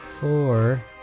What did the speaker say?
four